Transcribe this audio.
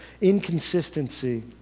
Inconsistency